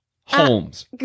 Holmes